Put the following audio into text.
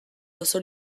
oso